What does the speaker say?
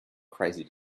crazy